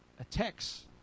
attacks